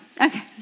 Okay